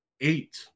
eight